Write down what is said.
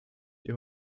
die